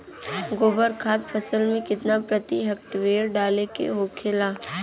गोबर खाद फसल में कितना प्रति हेक्टेयर डाले के होखेला?